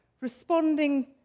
responding